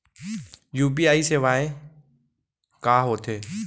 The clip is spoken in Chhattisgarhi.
यू.पी.आई सेवाएं का होथे